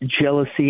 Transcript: jealousy